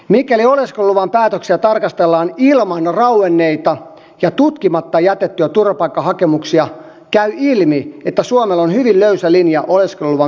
mikäli oleskeluluvan päätöksiä tarkastellaan ilman rauenneita ja tutkimatta jätettyjä turvapaikkahakemuksia käy ilmi että suomella on hyvin löysä linja oleskeluluvan myöntämisessä